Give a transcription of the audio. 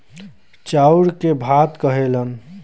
चाउर के भात कहेलन